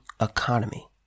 economy